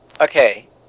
Okay